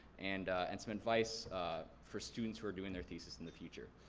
and and some advice for students who are doing their thesis in the future.